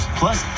plus